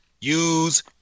use